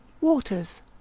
Waters